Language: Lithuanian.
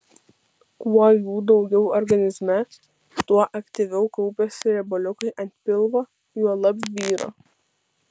kuo jų daugiau organizme tuo aktyviau kaupiasi riebaliukai ant pilvo juolab vyro